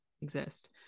exist